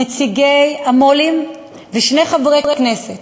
נציגי המו"לים ושני חברי כנסת,